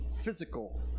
physical